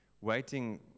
waiting